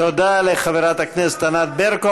תודה לחברת הכנסת ענת ברקו.